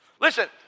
Listen